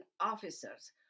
officers